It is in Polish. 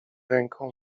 ręką